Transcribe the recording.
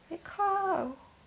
very cold